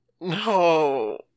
No